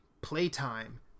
Playtime